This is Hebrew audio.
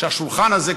שהשולחן הזה,